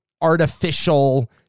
artificial